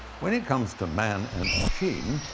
when it comes to man and machine,